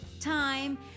time